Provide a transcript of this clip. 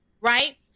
right